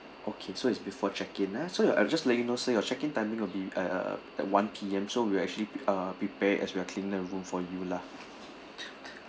okay so is before check in ah so your I'll just let you know so your check in timing will be uh at one P_M so we'll actually uh prepared as well as we will clean the room for you lah